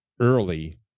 early